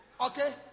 Okay